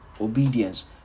obedience